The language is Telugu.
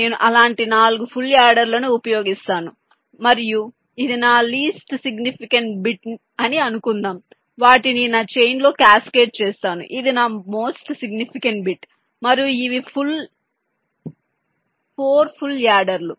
నేను అలాంటి 4 ఫుల్ యాడర్లను ఉపయోగిస్తాను మరియు ఇది నా లీస్ట్ సిగ్నిఫికెంట్ బిట్ అని అనుకుందాం వాటిని నా చైన్ లో క్యాస్కేడ్ చేస్తాను ఇది నా మోస్ట్ సిగ్నిఫికెంట్ బిట్ మరియు ఇవి 4 ఫుల్ యాడర్లు